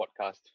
podcast